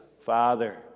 Father